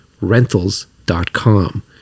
rentals.com